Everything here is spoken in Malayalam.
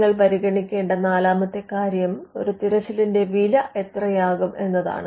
നിങ്ങൾ പരിഗണിക്കേണ്ട നാലാമത്തെ കാര്യം ഒരു തിരച്ചിലിന്റെ വില എത്രയാകും എന്നതാണ്